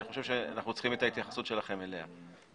חושב שאנחנו צריכים את ההתייחסות שלכם אליה.